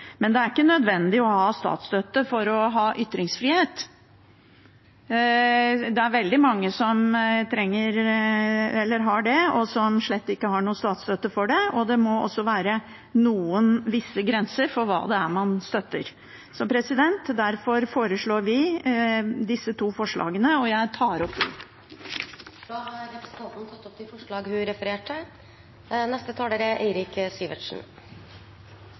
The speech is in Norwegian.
men det er ikke nødvendig å ha statsstøtte for å ha ytringsfrihet. Det er veldig mange som har det, og som slett ikke har statsstøtte for det. Det må også være visse grenser for hva man støtter. Derfor støtter vi forslag til vedtak II, og jeg tar opp SVs forslag. Da har representanten Karin Andersen tatt opp det forslaget hun refererte til.